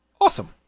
awesome